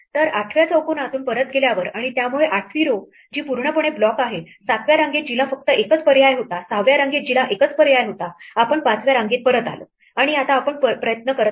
तर 8व्या चौकोनातून परत गेल्यावर आणि त्यामुळे 8वी row जी पूर्णपणे ब्लॉक आहे 7व्या रांगेत जिला फक्त एकच पर्याय होता 6व्या रांगेत जिला एकच पर्याय होता आपण 5व्या रांगेत परत आलो आणि आता आपण प्रयत्न करतो